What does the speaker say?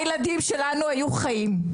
הילדים שלנו היו חיים.